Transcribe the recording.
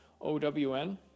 O-W-N